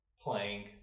playing